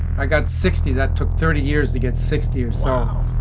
i got sixty, that took thirty years to get sixty or so,